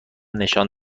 نشان